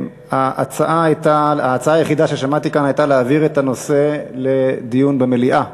ההצעה היחידה ששמעתי כאן הייתה להעביר את הנושא לדיון במליאה.